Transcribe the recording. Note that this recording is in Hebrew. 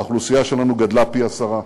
האוכלוסייה שלנו גדלה פי-עשרה,